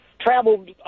traveled